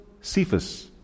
cephas